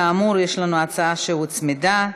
כאמור, יש לנו הצעה שהוצמדה: